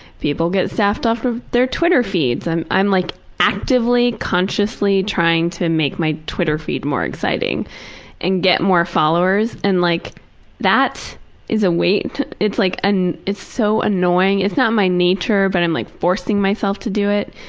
people get staffed off of their twitter feeds and i'm like actively, consciously trying to make my twitter feed more exciting and get more followers. and like that is a weight. it's like and it's so annoying. it's not my nature but i'm like forcing myself to do it.